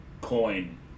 Coin